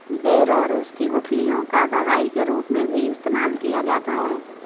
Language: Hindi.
बेर और उसकी गुठलियों का दवाई के रूप में भी इस्तेमाल किया जाता है